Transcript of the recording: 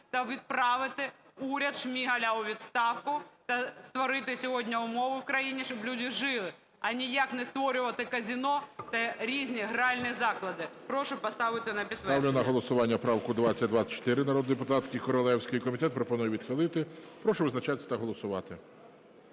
та відправити уряд Шмигаля у відставку та створити сьогодні умови в країні, щоб люди жили, а ніяк не створювати казино та різні гральні заклади. Прошу поставити на підтвердження.